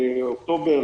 אוקטובר,